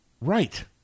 Right